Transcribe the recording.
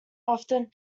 often